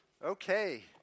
Okay